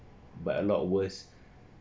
but a lot worse